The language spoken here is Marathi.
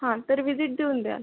हा तर व्हिजिट देऊन द्याल